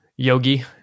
Yogi